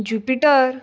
jupiter